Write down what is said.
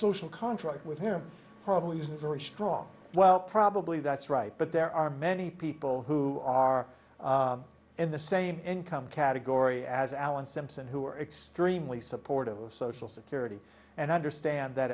social contract with him probably isn't very strong well probably that's right but there are many people who are in the same income category as alan simpson who are extremely supportive of social security and understand that